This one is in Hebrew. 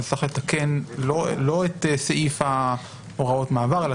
אז צריך לתקן לא את סעיף הוראות המעבר אלא